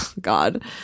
God